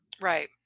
right